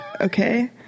okay